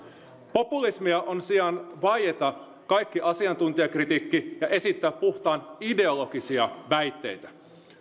populismia on sen sijaan vaieta kaikki asiantuntijakritiikki ja esittää puhtaan ideologisia väitteitä